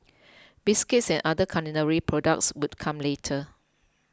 biscuits and other culinary products would come later